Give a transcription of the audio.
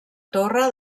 torre